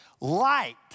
Light